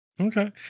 Okay